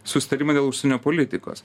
susitarimą dėl užsienio politikos